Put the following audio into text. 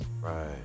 Right